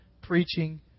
preaching